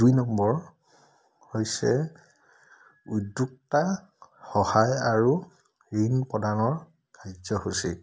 দুই নম্বৰ হৈছে উদ্যোক্তা সহায় আৰু ঋণ প্ৰদানৰ কাৰ্যসূচী